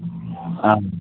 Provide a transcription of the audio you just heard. اَہَن